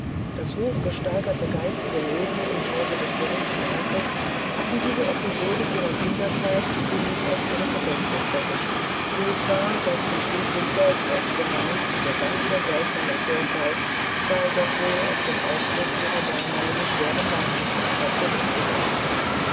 das hochgesteigerte geistige leben im hause des berühmten onkels hatten diese episode ihrer kinderzeit ziemlich in ihrem gedächtnis verwischt so zwar daß sie schließlich selbst oft gemeint der ganze seltsame vorfall sei doch wohl auf den ausbruch ihrer damaligen schweren nervenkrankheit zurückzuführen